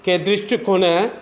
के दृष्टिकोणे